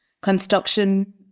construction